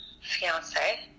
fiance